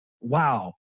wow